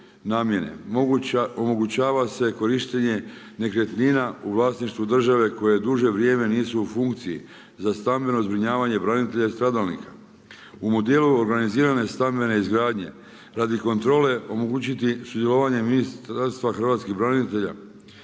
Omogućava se korištenje nekretnina u vlasništvu države koja duže vrijeme nisu u funkciji za stambeno zbrinjavanje branitelja i stradalnika. U modelu organiziran stambene izgradnje, radi kontrole omogućiti sudjelovanje ministarstva hrvatskih branitelja.